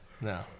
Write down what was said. no